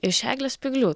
iš eglės spyglių